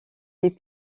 les